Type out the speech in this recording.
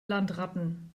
landratten